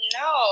no